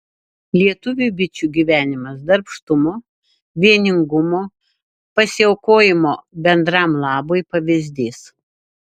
lietuviui bičių gyvenimas darbštumo vieningumo pasiaukojimo bendram labui pavyzdys